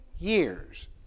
years